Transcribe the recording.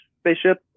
spaceship